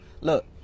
look